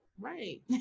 right